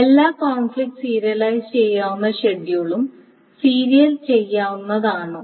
എല്ലാ conflict serialise ചെയ്യാവുന്ന ഷെഡ്യൂളും സീരിയൽ ചെയ്യാവുന്നതാണോ